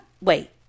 wait